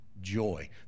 joy